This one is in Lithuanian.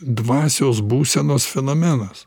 dvasios būsenos fenomenas